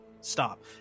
stop